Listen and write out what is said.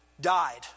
died